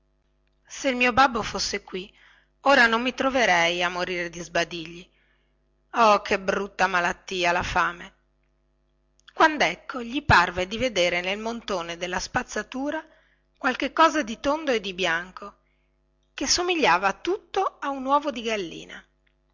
se il mio babbo fosse qui ora non mi troverei a morire di sbadigli oh che brutta malattia che è la fame quandecco gli parve di vedere nel monte della spazzatura qualche cosa di tondo e di bianco che somigliava tutto a un uovo di gallina